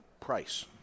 price